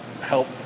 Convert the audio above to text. help